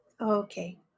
okay